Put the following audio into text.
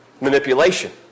Manipulation